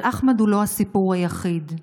אבל אחמד הוא לא הסיפור היחיד.